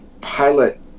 pilot